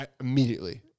immediately